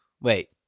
wait